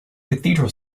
cathedral